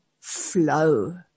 flow